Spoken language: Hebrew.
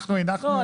אנחנו הנחנו --- לא,